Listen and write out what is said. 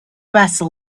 vessel